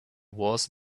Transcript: was